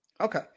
Okay